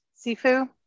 Sifu